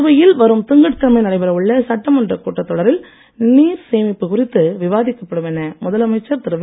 புதுவையில் வரும் திங்கட்கிழமை நடைபெறவுள்ள சட்டமன்ற கூட்டத்தொடரில் நீர் சேமிப்பு குறித்து விவாதிக்கப்படும் என முதலமைச்சர் திரு வி